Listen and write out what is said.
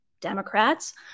Democrats